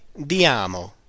diamo